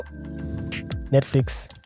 Netflix